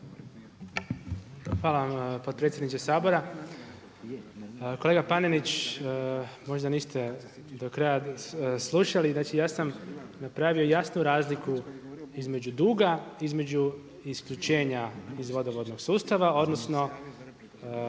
Hvala vam potpredsjedniče Sabora. Kolega Panenić možda niste do kraja slušali, ja sam napravio jasnu razliku između duga, između isključenja iz vodovodnog sustava odnosno